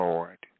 Lord